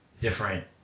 different